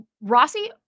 Rossi